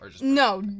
No